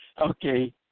Okay